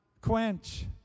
quench